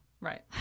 Right